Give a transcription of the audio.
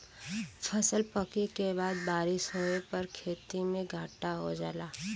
फसल पके के बाद बारिस होए पर खेती में घाटा हो जाला